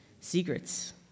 secrets